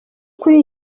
kuri